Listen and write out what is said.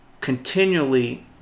continually